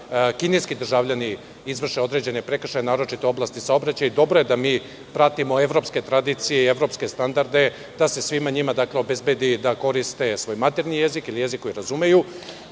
kineski državljani izvrše određene prekršaje, naročito u oblasti saobraćaja i dobro je da mi pratimo evropske tradicije i evropske standarde, da se svima njima obezbedi da koriste svoj maternji jezik, ili jezik koji razumeju. Dobro